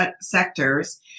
sectors